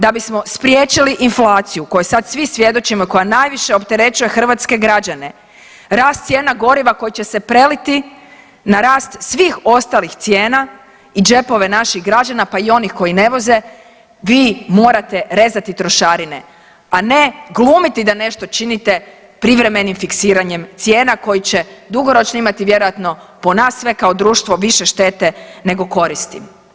Da bismo spriječili inflaciju kojoj sad svi svjedočimo i koja najviše opterećuje hrvatske građane rast cijena goriva koji će se preliti na rast svih ostalih cijena i džepove naših građana, pa i onih koji ne voze, vi morate rezati trošarine, a ne glumiti da nešto činite privremenim fiksiranjem cijena koji će dugoročno imati vjerojatno po nas sve kao društvo više štete nego koristi.